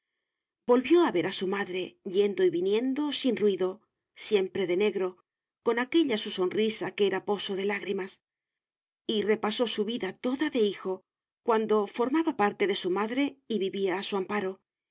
volvió a ver a su madre yendo y viniendo sin ruido siempre de negro con aquella su sonrisa que era poso de lágrimas y repasó su vida toda de hijo cuando formaba parte de su madre y vivía a su amparo